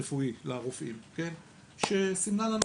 רפואי לרופאים שסימנה לנו